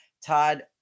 Todd